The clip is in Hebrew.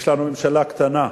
יש לנו ממשלה קטנה: